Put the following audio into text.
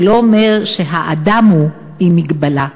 זה לא אומר שהאדם הוא עם מגבלה.